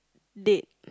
date